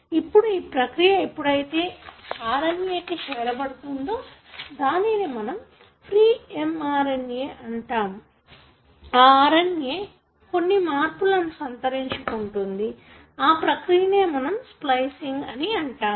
ఇప్పుడు ఈ ప్రక్రియ ఎప్పుడైతే RNA చేయబడుతుందో దానిని మనం ప్రీ mRNA అంతమో ఆ RNA కొన్ని మార్పులను సంతరించుకుంటుంది ఆ ప్రక్రియనే మనం స్ప్లిసింగ్ అంటాము